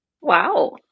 Wow